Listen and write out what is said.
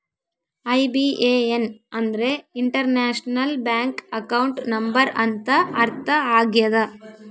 IBAN ಅಂದ್ರೆ international bank account number ಅಂತ ಅರ್ಥ ಆಗ್ಯದ